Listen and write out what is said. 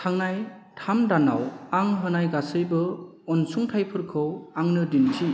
थांनाय थाम दानाव आं होनाय गासैबो अनसुंथाइफोरखौ आंनो दिन्थि